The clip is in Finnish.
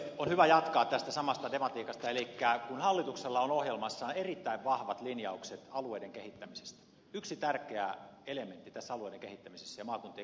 on hyvä jatkaa tästä samasta tematiikasta elikkä kun hallituksella on ohjelmassaan erittäin vahvat linjaukset alueiden kehittämisestä yksi tärkeä elementti tässä alueiden ja maakuntien kehittämisessä on maakuntakaava